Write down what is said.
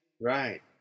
right